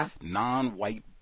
non-white